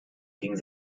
ging